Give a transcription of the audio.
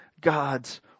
God's